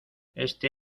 este